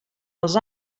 els